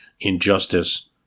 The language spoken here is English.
injustice